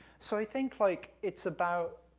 so, i think, like, it's about,